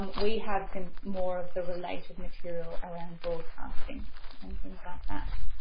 we have some more of the related material around broadcasting and things like that.